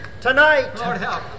tonight